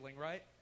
right